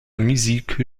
musique